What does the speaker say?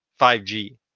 5G